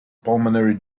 pulmonary